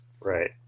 Right